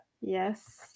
yes